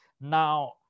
Now